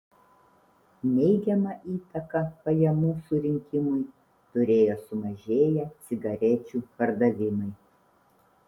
neigiamą įtaką pajamų surinkimui turėjo sumažėję cigarečių pardavimai